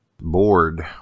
Bored